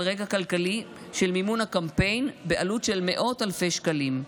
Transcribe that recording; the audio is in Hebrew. על רקע כלכלי של מימון קמפיין בעלות של מאות אלפי שקלים.